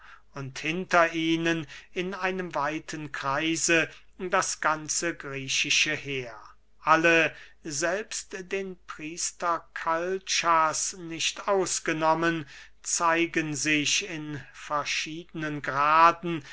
und hinter ihnen in einem weiten kreise das ganze griechische heer alle selbst den priester kalchas nicht ausgenommen zeigen sich in verschiedenen graden